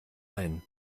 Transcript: ein